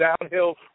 downhill